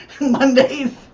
Mondays